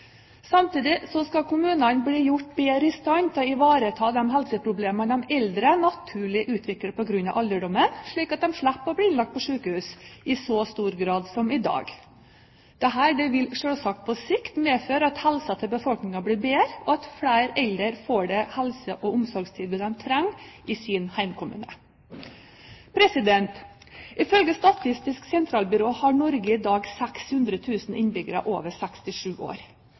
Samtidig skal kommunene bli gjort bedre i stand til å ivareta de helseproblemene de eldre naturlig utvikler på grunn av alderdom, slik at de slipper å bli innlagt på sykehus i så stor grad som i dag. Dette vil selvsagt på sikt medføre at helsen til befolkningen blir bedre, og at flere eldre får det helse- og omsorgstilbudet de trenger i sin hjemkommune. Ifølge Statistisk sentralbyrå har Norge i dag 600 000 innbyggere over 67 år.